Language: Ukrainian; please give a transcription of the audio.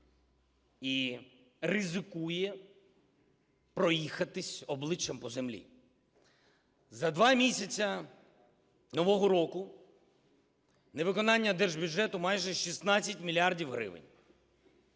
і ризикує проїхатись обличчям по землі. За два місяці нового року невиконання держбюджету – майже 16 мільярдів гривень.